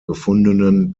gefundenen